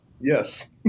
Yes